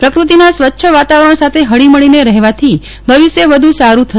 પ્રકૃતિના સ્વચ્છ વાતાવરણ સાથે હળીમળીને રહેવાથી ભવિષ્ય વધુ સાડુ થશે